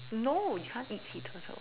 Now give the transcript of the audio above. no you can't eat sea turtles